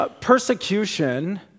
Persecution